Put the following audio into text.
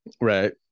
Right